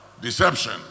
deception